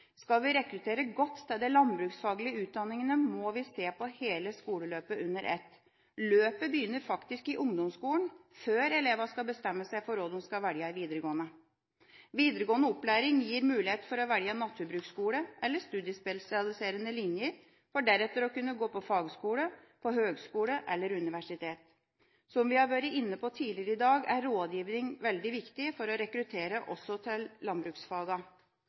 Skal vi rekruttere godt til de landbruksfaglige utdanningene, må vi se på hele skoleløpet under ett. Løpet begynner faktisk i ungdomsskolen, før elevene skal bestemme seg for hva de skal velge i videregående. Videregående opplæring gir mulighet for å velge naturbruksskole eller studiespesialiserende linjer, for deretter å kunne gå på fagskole, høgskole eller universitet. Som vi har vært inne på tidligere i dag, er rådgiving veldig viktig for å rekruttere, også til